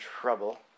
trouble